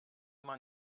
man